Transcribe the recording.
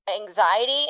anxiety